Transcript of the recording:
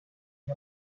and